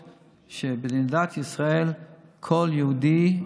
מאשר ששמים בראש ועדת החוקה של מדינת ישראל את אויב התורה,